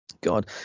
God